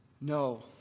No